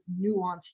nuanced